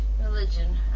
religion